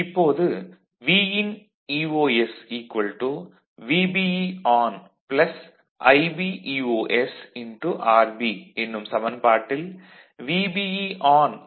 இப்போது Vin VBE IB RB எனும் சமன்பாட்டில் VBE 0